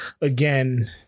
again